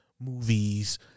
movies